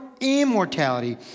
immortality